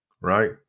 right